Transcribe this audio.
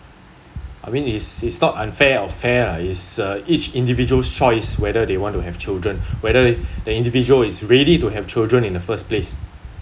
I mean is is not unfair or fair lah is uh each individual choice whether they want to have children whether the individual is ready to have children in the first place